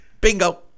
Bingo